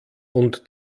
und